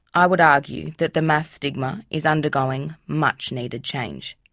i would argue that the maths stigma is undergoing much needed change.